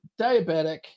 diabetic